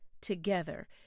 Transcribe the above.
together